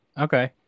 okay